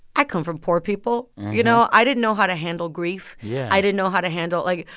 i come from poor people, you know. i didn't know how to handle grief. yeah i didn't know how to handle like,